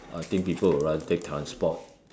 I think people would rather take transport